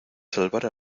salvar